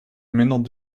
minder